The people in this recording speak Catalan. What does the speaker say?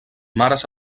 mares